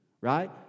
right